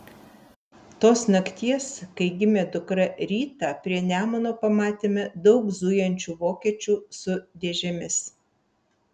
tos nakties kai gimė dukra rytą prie nemuno pamatėme daug zujančių vokiečių su dėžėmis